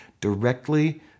directly